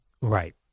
Right